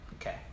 Okay